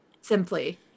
Simply